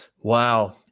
Wow